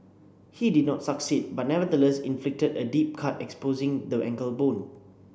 he did not succeed but nevertheless inflicted a deep cut exposing the ankle bone